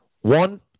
One